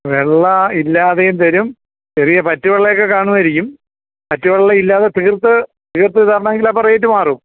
വെള്ളാ ഇല്ലാതെയും വരും ചെറിയ പറ്റ് വെള്ളയൊക്കെ കാണുമായിരിക്കും പറ്റ് വെള്ള ഇല്ലാതെ തീർത്ത് തീർത്ത് തരണമെങ്കിൽ അപ്പം റേറ്റ് മാറും